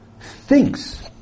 thinks